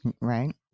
Right